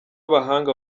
abahanga